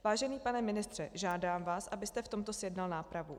Vážený pane ministře, žádám vás, abyste v tomto zjednal nápravu.